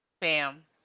bam